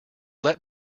let